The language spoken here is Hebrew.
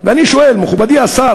שזה